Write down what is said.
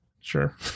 sure